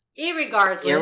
Irregardless